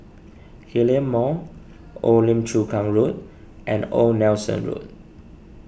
Hillion Mall Old Lim Chu Kang Road and Old Nelson Road